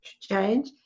change